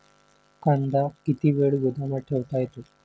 कांदा किती वेळ गोदामात ठेवता येतो?